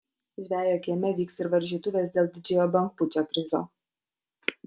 žvejo kieme vyks ir varžytuvės dėl didžiojo bangpūčio prizo